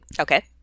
Okay